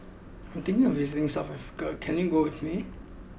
I am thinking of visiting South Africa can you go with me